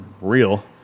real